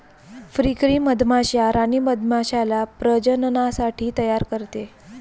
फ्रीकरी मधमाश्या राणी मधमाश्याला प्रजननासाठी तयार करते